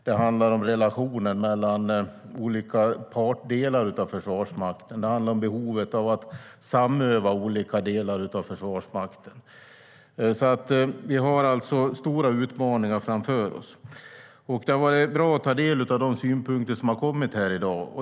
Det handlar om relationen mellan olika delar av Försvarsmakten. Det handlar om behovet av att samöva olika delar av Försvarsmakten. Vi har alltså stora utmaningar framför oss. Det har varit bra att ta del av de synpunkter som har kommit här i dag.